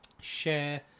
Share